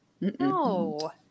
No